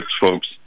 folks